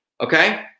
okay